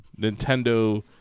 Nintendo